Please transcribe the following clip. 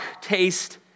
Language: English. taste